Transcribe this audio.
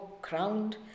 Crowned